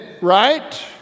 right